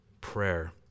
prayer